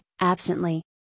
absently